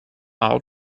all